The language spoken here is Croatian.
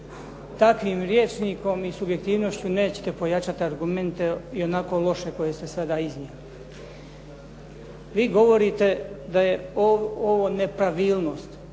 takvim rječnikom i subjektivnošću nećete pojačati argumente i onako loše koje ste sada iznijeli. Vi govorite da je ovo nepravilnost.